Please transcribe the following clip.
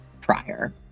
prior